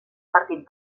partit